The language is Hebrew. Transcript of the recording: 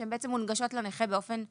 שהן בעצם מונגשות לנכה באופן אוטומטי,